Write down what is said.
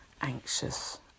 anxious